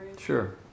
Sure